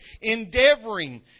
endeavoring